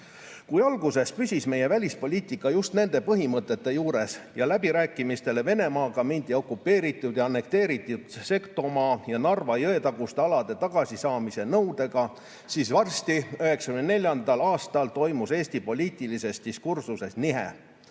Kui alguses püsis meie välispoliitika just nende põhimõtete juures ja läbirääkimistele Venemaaga mindi okupeeritud ja annekteeritud Setomaa ja Narva jõe taguste alade tagasisaamise nõudega, siis varsti, 1994. aastal, toimus Eesti poliitilises diskursuses nihe.